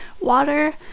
water